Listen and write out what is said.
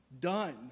done